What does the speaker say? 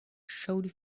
showed